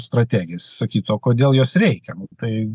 strategija visi sakytų o kodėl jos reikia tai